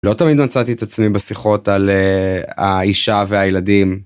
לא תמיד מצאתי את עצמי בשיחות על האישה והילדים.